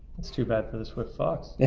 that's too bad for the swift fox.